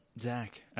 Zach